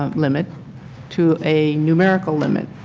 um limit to a numerical limit.